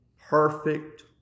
perfect